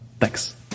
Thanks